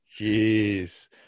jeez